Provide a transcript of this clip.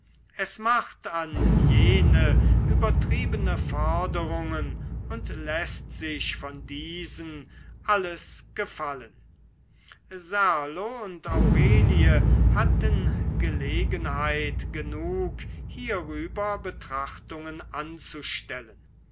es macht an jene übertriebene forderungen und läßt sich von diesen alles gefallen serlo und aurelie hatten gelegenheit genug hierüber betrachtungen anzustellen